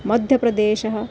मध्यप्रदेशः